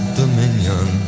dominion